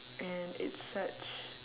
and it's such